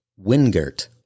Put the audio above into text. Wingert